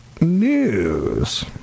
news